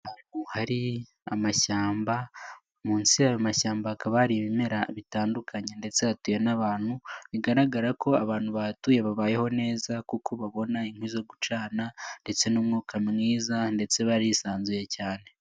Hari amashyamba munsi y'ayo mashyamba ha akaba hari ibimera bitandukanye, ndetse hatuwe n'abantu bigaragara ko abantu bahatuye babayeho neza kuko babona inkwi zo gucana ndetse n'umwuka mwiza ndetse barisanzuye cyane.